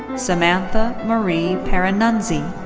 samantha marie pierannunzi.